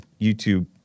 YouTube